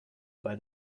bei